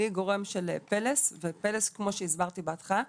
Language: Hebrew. אני גורם של פלס ופלס כמו שהסברתי בהתחלה,